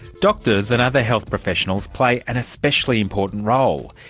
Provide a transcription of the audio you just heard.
doctors and other health professionals, play an especially important role.